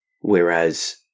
Whereas